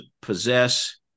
possess